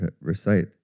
recite